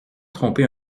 tromper